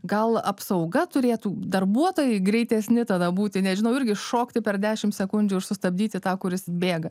gal apsauga turėtų darbuotojai greitesni tada būti nežinau irgi šokti per dešim sekundžių ir sustabdyti tą kuris bėga